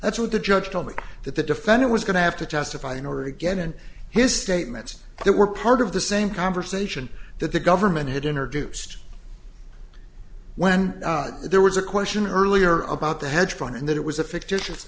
that's what the judge told me that the defendant was going to have to testify in order again and his statements that were part of the same conversation that the government had in her juiced when there was a question earlier about the hedge fund and that it was a fictitious